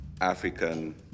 African